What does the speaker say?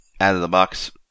out-of-the-box